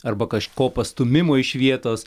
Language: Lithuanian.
arba kažko pastūmimo iš vietos